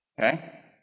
Okay